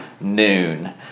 noon